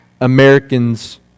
Americans